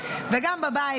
וגם בבית,